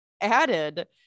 added